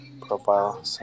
profile